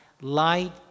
light